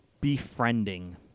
befriending